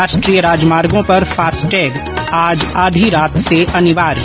राष्ट्रीय राजमार्गों पर फास्टैग आज आधी रात से अनिवार्य